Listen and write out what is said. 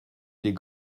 des